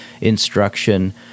instruction